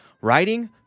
Writing